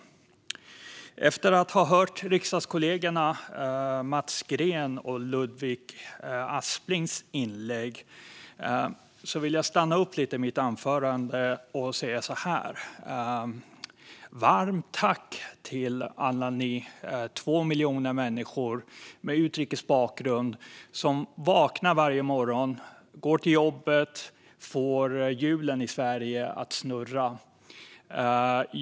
Efter att ha hört riksdagskollegorna Mats Greens och Ludvig Asplings inlägg vill jag stanna upp lite i mitt anförande och säga så här: Varmt tack till alla ni 2 miljoner människor med utrikes bakgrund som vaknar varje morgon, går till jobbet och får hjulen i Sverige att snurra!